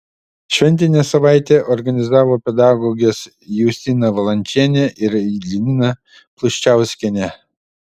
šventinę savaitę organizavo pedagogės justina valančienė ir lina pluščiauskienė